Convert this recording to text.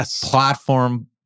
platform